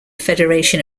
federation